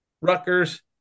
Rutgers